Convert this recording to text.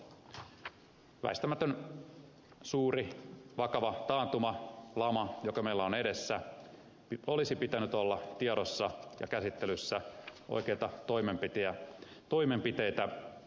väistämätön suuri vakava taantuma lama joka meillä on edessä olisi pitänyt saattaa tiedoksi ja käsittelyyn oikeita toimenpiteitä hakien